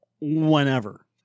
whenever